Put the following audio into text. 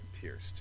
pierced